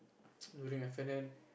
during F-and-N